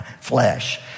flesh